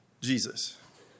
Jesus